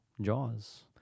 Jaws